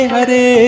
Hare